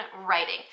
writing